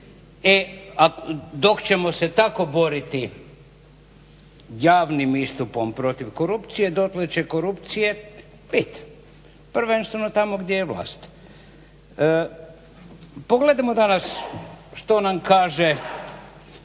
dok ćemo se tako boriti javnim istupom protiv korupcije dotle će korupcije biti, prvenstveno tamo gdje je vlast. Pogledajmo danas što nam kaže